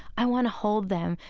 i want to hold them.